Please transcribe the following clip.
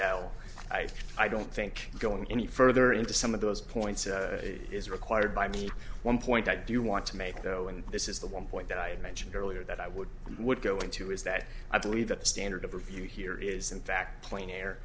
dell i i don't think going any further into some of those points is required by me one point i do want to make though and this is the one point that i mentioned earlier that i would would go into is that i believe that the standard of review here is in fact plain